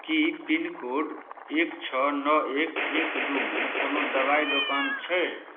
की pin code एक छओ नओ एक एक दू मे कोनो दवाइ दोकान छै